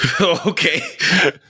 Okay